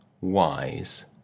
wise